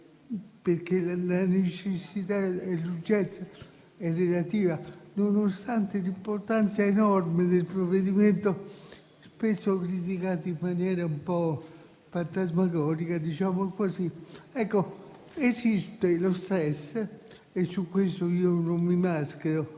perché la necessità e l'urgenza sono relative. Nonostante l'importanza enorme del provvedimento, spesso criticato in maniera un po' fantasmagorica, esiste lo *stress*. Su questo non mi maschero.